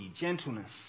gentleness